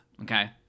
Okay